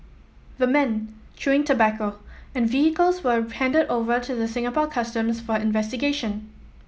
the men chewing tobacco and vehicles were handed over to the Singapore Customs for investigation